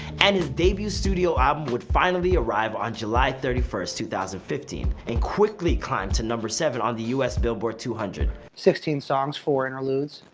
and his debut studio album would finally arrive on july thirty first, two thousand and fifteen, and quickly climbed to number seven on the us billboard two hundred. sixteen songs, four interludes,